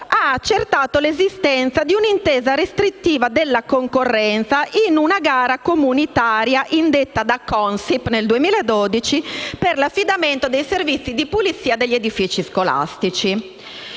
ha accertato l'esistenza di un'intesa restrittiva della concorrenza in una gara comunitaria indetta dalla CONSIP, nel 2012, per l'affidamento dei servizi di pulizia degli edifici scolastici.